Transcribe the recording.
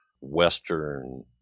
Western